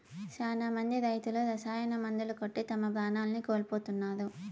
శ్యానా మంది రైతులు రసాయన మందులు కొట్టి తమ ప్రాణాల్ని కోల్పోతున్నారు